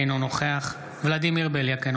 אינו נוכח ולדימיר בליאק,